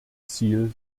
ziel